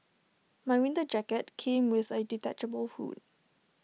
my winter jacket came with A detachable hood